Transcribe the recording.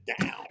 down